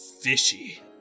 fishy